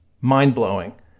mind-blowing